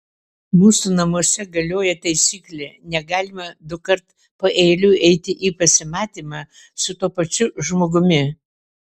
mūsų namuose galioja taisyklė negalima dukart paeiliui eiti į pasimatymą su tuo pačiu žmogumi